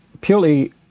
purely